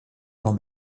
vend